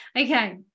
Okay